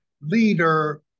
leader